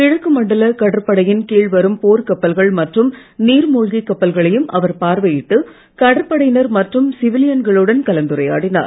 கிழக்கு மண்டல கடற்படையின் கீழ் வரும் போர்க் கப்பல்கள் மற்றும் நீர் மூழ்கிக் கப்பல்களையும் அவர் பார்வையிட்டு கடற்படையினர் மற்றும் கலந்துரையாடினார்